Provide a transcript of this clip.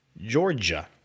Georgia